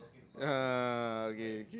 uh okay